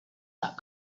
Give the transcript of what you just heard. that